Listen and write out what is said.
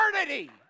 eternity